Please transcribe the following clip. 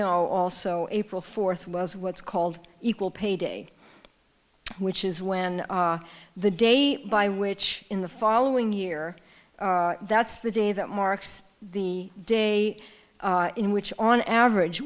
know also april fourth was what's called equal pay day which is when the day by which in the following year that's the day that marks the day in which on average